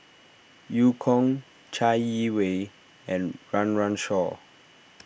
Eu Kong Chai Yee Wei and Run Run Shaw